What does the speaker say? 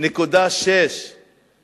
50.6%;